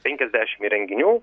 penkiasdešim įrenginių